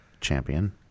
Champion